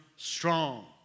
Strong